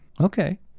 Okay